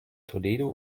toledo